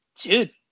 dude